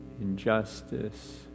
injustice